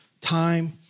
time